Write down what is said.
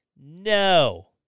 No